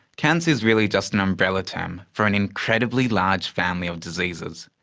cancer is really just an umbrella term for an incredibly large family of diseases.